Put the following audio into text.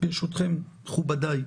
ברשותכם, מכובדיי,